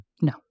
No